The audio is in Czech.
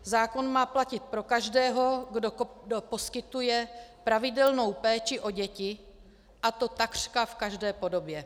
Zákon má platit pro každého, kdo poskytuje pravidelnou péči o děti, a to takřka v každé podobě.